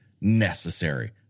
necessary